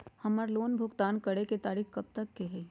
हमार लोन भुगतान करे के तारीख कब तक के हई?